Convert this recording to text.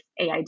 AID